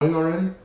already